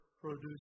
produce